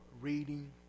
reading